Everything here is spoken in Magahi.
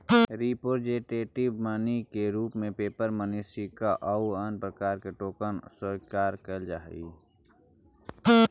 रिप्रेजेंटेटिव मनी के रूप में पेपर मनी सिक्का आउ अन्य प्रकार के टोकन स्वीकार कैल जा हई